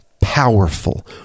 powerful